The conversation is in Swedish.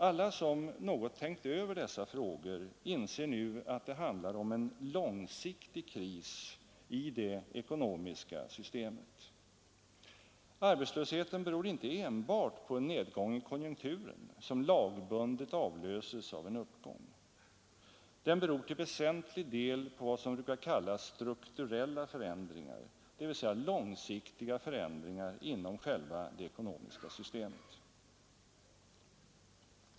Alla som något tänkt över dessa frågor inser nu att det handlar om en långsiktig kris i de ekonomiska systemet. Arbetslösheten beror inte enbart på en nedgång i konjunkturen, som lagbundet avlöses av en uppgång. Den beror till väsentlig del på vad som brukar kallas strukturella förändringar, dvs. långsiktiga förändringar inom själva det ekonomiska systemet.